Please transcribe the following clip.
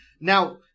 Now